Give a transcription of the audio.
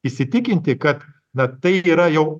įsitikinti kad na tai yra jau